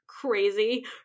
crazy